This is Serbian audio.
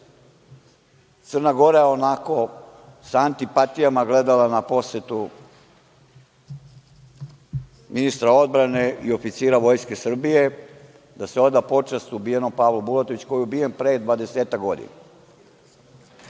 Crna Gora je sa antipatijom gledala na posetu ministra odbrane i oficira Vojske Srbije, da se oda počast ubijenom Pavlu Bulatoviću, koji je ubijen pre dvadesetak